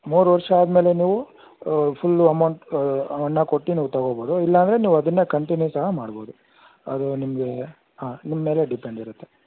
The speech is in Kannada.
ಮೂರು ವರ್ಷ ಆದಮೇಲೆ ನೀವು ಫುಲ್ಲು ಅಮೌಂಟ್ ಹಣ ಕೊಟ್ಟು ನೀವು ತಗೋಬೌದು ಇಲ್ಲಾಂದರೆ ನೀವು ಅದನ್ನೇ ಕಂಟಿನ್ಯೂ ಸಹ ಮಾಡ್ಬೌದು ಅದು ನಿಮಗೆ ಹಾಂ ನಿಮ್ಮ ಮೇಲೆ ಡಿಪೆಂಡ್ ಇರತ್ತೆ